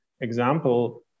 example